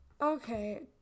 Okay